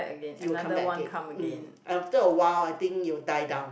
it will come back again mm after a while I think it will die down